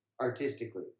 artistically